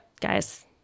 guys